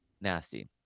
nasty